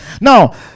Now